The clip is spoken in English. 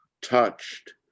touched